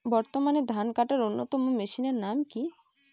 বর্তমানে ধান কাটার অন্যতম মেশিনের নাম কি?